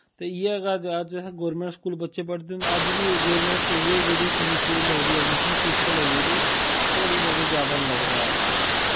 ते इयै के अज्ज अस गौरमैंट स्कूल ते अज्ज बी गै लगदी रेही होर इन्ना कोई जादा नी लगदा ऐ